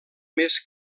més